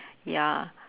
ya